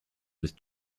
with